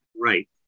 right